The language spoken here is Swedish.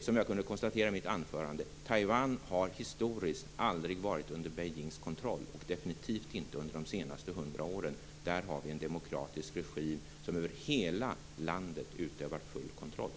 Som jag konstaterade i mitt huvudanförande har Taiwan historiskt aldrig varit under Beijings kontroll, definitivt inte under de senaste hundra åren. Där har vi en demokratisk regim som över hela landet utövar full kontroll.